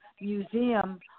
museum